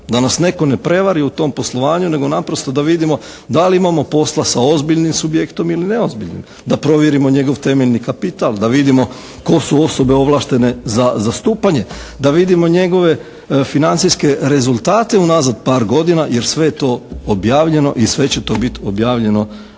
Da nas netko ne prevari u tom poslovanju, nego naprosto da vidimo da li imamo posla sa ozbiljnim subjektom ili neozbiljnim, da provjerimo njegov temeljni kapital, da vidimo tko su osobe ovlaštene za zastupanje, da vidimo njegove financijske rezultate unazad par godina jer sve je to objavljeno i sve će to biti objavljeno